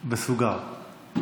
בסוגר.